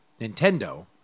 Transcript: Nintendo